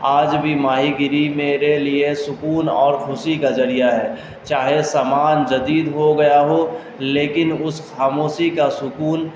آج بھی ماہی گیری میرے لیے سکون اور خوشی کا ذریعہ ہے چاہے سامان جدید ہو گیا ہو لیکن اس خاموشی کا سکون